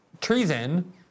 treason